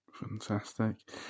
Fantastic